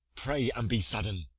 pray, and be sudden.